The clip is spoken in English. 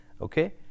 Okay